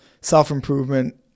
self-improvement